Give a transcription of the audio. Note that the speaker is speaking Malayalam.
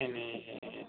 ഇനി